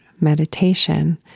meditation